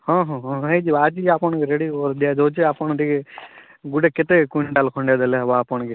ହଁ ହଁ ହଁ ହେଇଯିବ ଆଜି ଆପଣଙ୍କ ରେଡ଼ି୍ କରି ଦିଆଯାଉଛି ଆପଣ ଟିକେ ଗୋଟେ କେତେ କୁଇଣ୍ଟାଲ ଖଣ୍ଡେ ଦେଲେ ହବ ଆପଣକେ